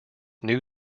new